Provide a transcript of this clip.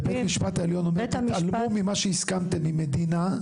ובית המשפט אומר תתעלמו ממה שהסכמתם עם מדינה.